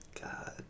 God